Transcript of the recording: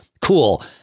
cool